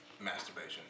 masturbation